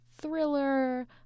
thriller